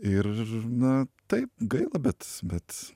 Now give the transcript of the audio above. ir na taip gaila bet bet